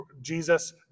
Jesus